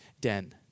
den